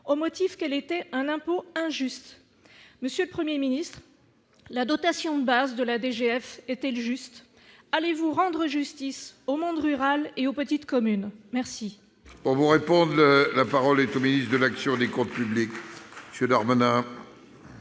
au motif qu'elle était un impôt injuste. Monsieur le Premier ministre, la dotation de base de la DGF est-elle juste ? Allez-vous rendre justice au monde rural et aux petites communes ? La parole est à M. le ministre de l'action et des comptes publics. Madame